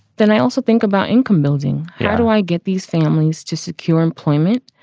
then i also think about income building. how do i get these families to secure employment,